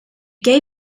gave